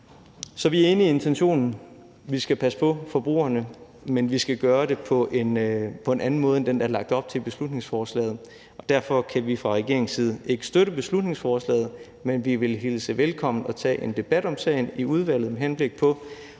Så vi er enige i intentionen, og vi skal passe på forbrugerne, men vi skal gøre det på en anden måde end den, der er lagt op til i beslutningsforslaget, og derfor kan vi fra regeringens side ikke støtte beslutningsforslaget. Men vi vil hilse velkommen at tage en debat om sagen i udvalget med henblik på